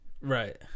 Right